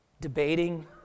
Debating